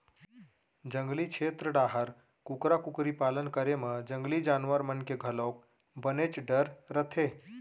जंगली छेत्र डाहर कुकरा कुकरी पालन करे म जंगली जानवर मन के घलोक बनेच डर रथे